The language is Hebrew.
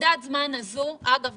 בנקודת הזמן הזאת אגב,